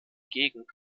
gegend